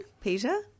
Peter